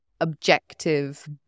objective